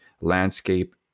landscape